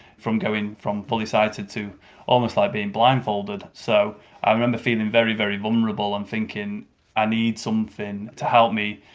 from going from fully sighted to almost like being blindfolded, so i remember feeling, very, very vulnerable and thinking i need something to help me,